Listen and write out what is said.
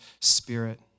spirit